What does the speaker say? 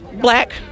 black